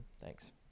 Thanks